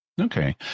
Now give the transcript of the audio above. Okay